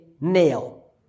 nail